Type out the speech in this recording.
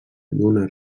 d’una